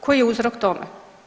Koji je uzrok tome?